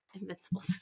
Invincible